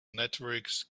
networks